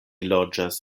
loĝas